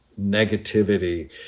negativity